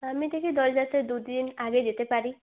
আমি দেখি দোলযাত্রার দু দিন আগে যেতে পারি